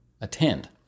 attend